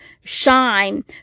shine